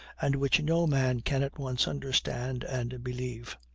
and which no man can at once understand and believe.